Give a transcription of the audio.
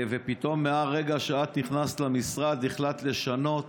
ופתאום, מהרגע שאת נכנסת למשרד, החלטת לשנות